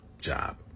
job